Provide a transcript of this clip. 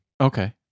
Okay